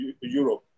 Europe